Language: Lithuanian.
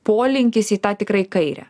polinkis į tą tikrai kairę